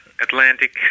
Atlantic